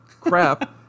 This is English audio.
crap